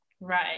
Right